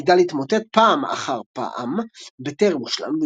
המגדל התמוטט פעם אחר פעם בטרם הושלם,